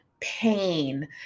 pain